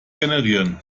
generieren